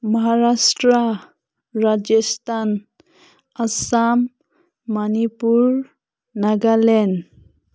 Maharashtra Rajasthan Assam Manipur Nagaland